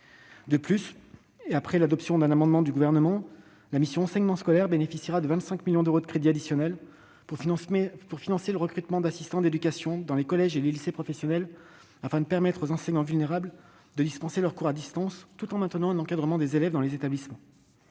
De plus, après l'adoption d'un amendement du Gouvernement, la mission « Enseignement scolaire » bénéficiera de 25 millions d'euros de crédits additionnels pour financer le recrutement d'assistants d'éducation dans les collèges et les lycées professionnels, afin de permettre aux enseignants vulnérables de dispenser leurs cours à distance tout en maintenant un encadrement des élèves dans les établissements.